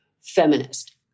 feminist